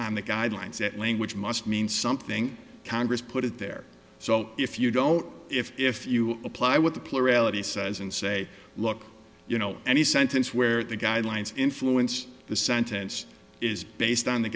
on the guidelines that language must mean something congress put it there so if you don't if you apply what the plurality says and say look you know any sentence where the guidelines influenced the sentence is based on the